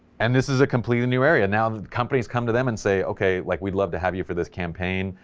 and this is a completely new area, now the companies come to them and say okay, like we'd love to have you for this campaign,